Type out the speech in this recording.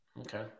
Okay